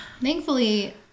Thankfully